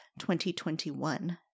2021